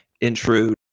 intrude